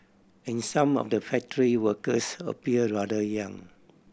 and some of the factory workers appear rather young